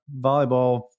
volleyball